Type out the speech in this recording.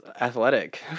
athletic